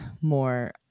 more